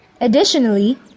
Additionally